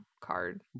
card